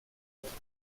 être